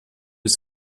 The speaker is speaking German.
ist